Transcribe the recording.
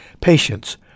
Patience